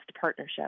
partnership